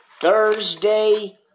thursday